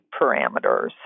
parameters